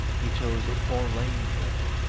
he chose a poor lame thing,